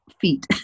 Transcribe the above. feet